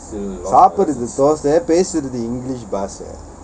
சாப்பிட்றது: saapidrath sauce உ பேசுறது:uh peasurathu english பாச:paasa